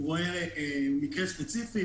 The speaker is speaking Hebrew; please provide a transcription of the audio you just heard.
הוא רואה מקרה ספציפי,